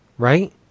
right